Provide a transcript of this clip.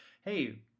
Hey